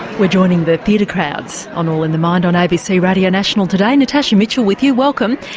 we're joining the theatre crowds on all in the mind on abc radio national today, natasha mitchell with you, welcome.